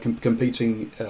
competing